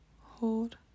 hold